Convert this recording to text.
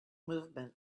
movement